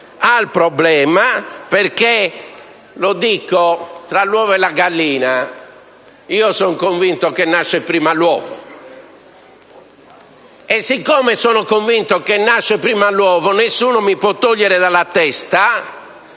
al problema. Infatti, tra l'uovo e la gallina io sono convinto che nasca prima l'uovo; e siccome sono convinto che nasca prima l'uovo, nessuno mi può togliere dalla testa